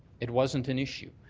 it wasn't an issue.